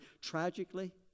Tragically